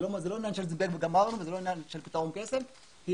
זה לא עניין של זבנג וגמרנו וזה לא עניין של פתרון קסם היא